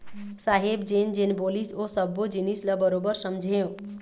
साहेब जेन जेन बोलिस ओ सब्बो जिनिस ल बरोबर समझेंव